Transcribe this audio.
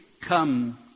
Come